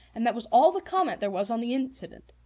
and that was all the comment there was on the incident.